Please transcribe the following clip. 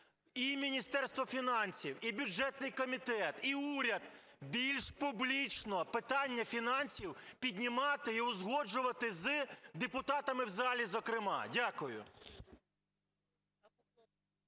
і Міністерство фінансів, і бюджетний комітет, і уряд більш публічно питання фінансів піднімати і узгоджувати з депутатами в залі зокрема. Дякую.